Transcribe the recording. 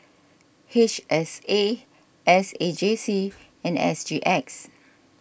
H S A S A J C and S G X